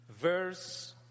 Verse